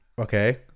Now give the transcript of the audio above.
Okay